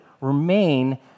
Remain